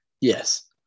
Yes